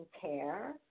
care